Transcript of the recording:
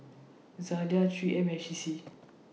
Zalia three M and C C